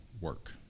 work